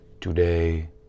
today